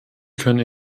können